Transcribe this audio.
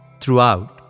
throughout